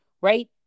right